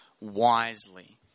wisely